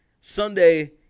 Sunday